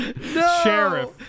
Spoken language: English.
Sheriff